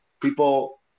people